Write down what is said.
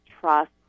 trust